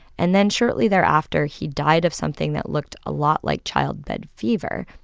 and then shortly thereafter, he died of something that looked a lot like childbed fever.